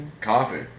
Coffee